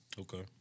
Okay